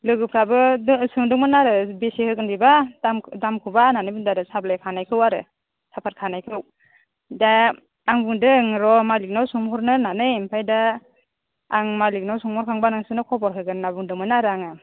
लोगोफोराबो सोंदोंमोन आरो बेसे होगोन बेबा दामखौबा होननानै बुंदोंमोन आरो सापात बिलाइ खानायखौ आरो सापात खानायखौ दा आं बुंदों र' मालिकनाव सोंहरनो होननानै ओमफ्राय दा आं मालिकनाव सोंहरखांबा नोंसोरनो खबर होगोन होनना बुंदोंमोन आरो आङो